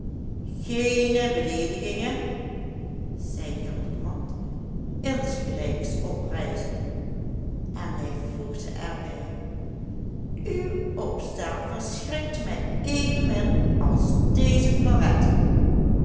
geene beleedigingen zei hildebrand insgelijks oprijzende en hij voegde er bij uw opstaan verschrikt mij evenmin als deze